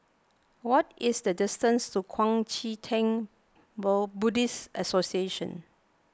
what is the distance to Kuang Chee Tng Buddhist Association